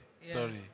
sorry